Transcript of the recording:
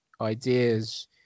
ideas